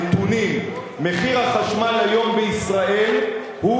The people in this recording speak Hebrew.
נתונים: מחיר החשמל היום בישראל הוא,